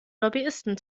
lobbyisten